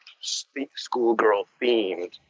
schoolgirl-themed